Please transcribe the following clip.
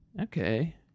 Okay